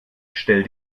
stell